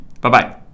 Bye-bye